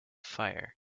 fire